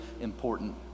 important